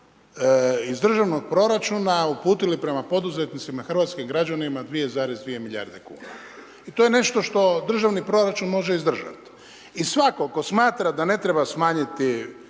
iz državnog proračuna uputili prema poduzetnicima hrvatskim građanima 2,2 milijarde kuna. i to je nešto što državni proračun može izdržat. I svatko tko smatra da ne treba smanjiti